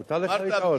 מותר לך לטעות.